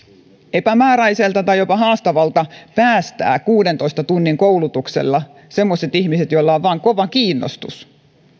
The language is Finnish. epämääräiseltä tai jopa haastavalta päästää kuudentoista tunnin koulutuksella semmoiset ihmiset joilla on vain kova kiinnostus